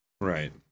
Right